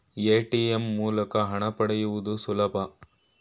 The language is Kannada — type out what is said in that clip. ಎ.ಟಿ.ಎಂ ಮೂಲಕ ಹಣ ಪಡೆಯುವುದು ಸುಲಭ